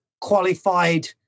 qualified